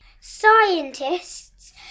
Scientists